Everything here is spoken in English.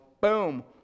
boom